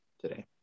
today